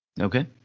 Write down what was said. Okay